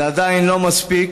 זה עדיין לא מספיק.